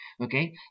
okay